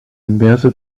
inverse